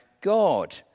God